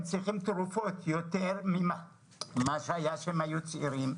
הם צריכים תרופות יותר מהתרופות שצרכו עת היו צעירים.